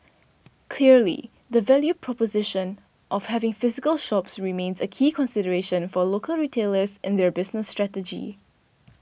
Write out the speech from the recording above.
clearly the value proposition of having physical shops remains a key consideration for local retailers in their business strategy